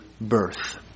birth